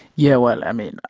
yeah well, i mean,